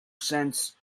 cents